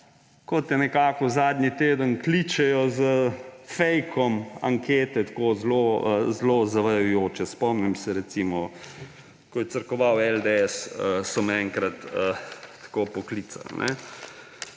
ko te nekako zadnji teden kličejo s fejkom ankete, tako zelo zavajajoče. Spomnim se recimo, ko je crkoval LDS, so me enkrat tako poklicali.